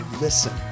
listen